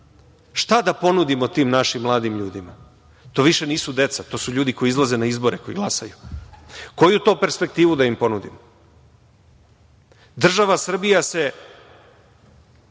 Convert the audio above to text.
šta da ponudimo tim našim mladim ljudima? To više nisu deca, to su ljudi koji izlaze na izbore, koji glasaju. Koju to perspektivu da im ponudimo? Država Srbija se